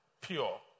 pure